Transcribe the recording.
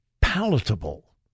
palatable